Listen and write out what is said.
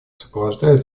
сопровождают